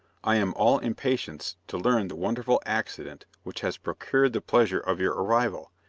i am all impatience to learn the wonderful accident which has procured the pleasure of your arrival,